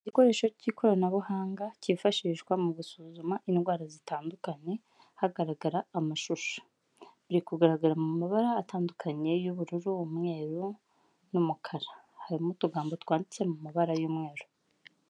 Igikoresho k'ikoranabuhanga kifashishwa mu gusuzuma indwara zitandukanye hagaragara amashusho; biri kugaragara mu mabara atandukanye y'ubururu umweru n'umukara harimo utugambo twanditse mu mabara y'umweru.